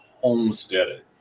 homesteaded